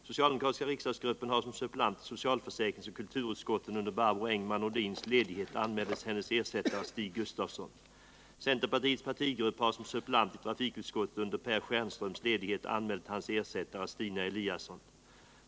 Socialdemokratiska riksdagsgruppen har som suppleant i socialförsäkringsoch kulturutskotten under Barbro Engman-Nordins ledighet anmält hennes ersättare Stig Gustafsson. Centerpartiets partigrupp har som suppleant i trafikutskottet under Per Stjernströms ledighet anmält hans ersättare Stina Eliasson.